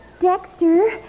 Dexter